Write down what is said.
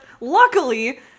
luckily